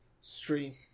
stream